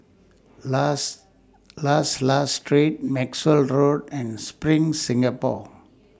last last last Street Maxwell Road and SPRING Singapore